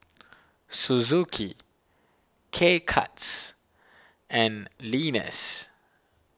Suzuki K Cuts and Lenas